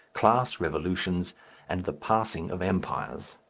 class revolutions and the passing of empires.